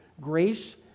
grace